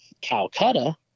Calcutta